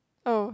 oh